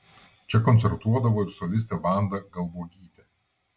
čia koncertuodavo ir solistė vanda galbuogytė